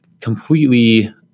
completely